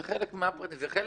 זה כנראה בגללי.